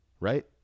right